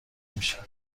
میشن